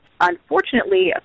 Unfortunately